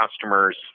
customers